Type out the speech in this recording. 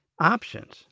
options